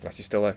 my sister [one]